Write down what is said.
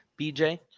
BJ